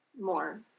more